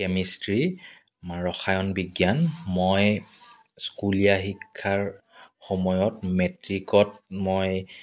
chemistry মই ৰসায়ন বিজ্ঞান মই স্কুলীয়া শিক্ষাৰ সময়ত মেট্ৰিকত মই